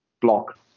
block